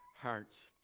hearts